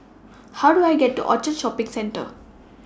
How Do I get to Orchard Shopping Centre